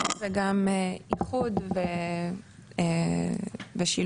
וגם איחוד ושילוב,